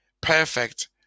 perfect